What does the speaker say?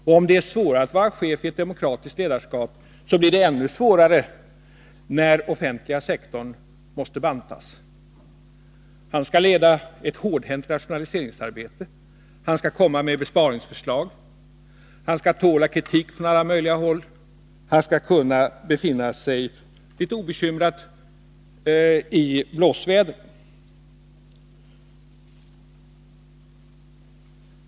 Om det är svårare att vara chef i ett demokratiskt ledarskapsklimat, blir det ännu svårare när den offentliga sektorn måste bantas. Chefen skall leda ett hårdhänt rationaliseringsarbete. Han skall komma med besparingsförslag. Han skall tåla kritik från alla möjliga håll. Han skall kunna befinna sig litet obekymrat i blåsväder.